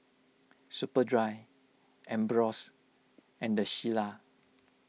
Superdry Ambros and the Shilla